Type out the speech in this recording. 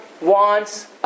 wants